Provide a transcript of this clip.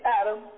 Adam